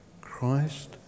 Christ